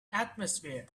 atmosphere